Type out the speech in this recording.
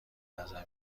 نظر